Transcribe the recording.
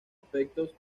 aspectos